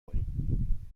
کنیم